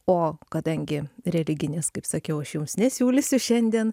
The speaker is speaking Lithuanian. o kadangi religinės kaip sakiau aš jums nesiūlysiu šiandien